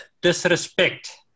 disrespect